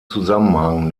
zusammenhang